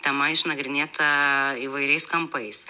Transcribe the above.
tema išnagrinėta įvairiais kampais